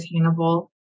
attainable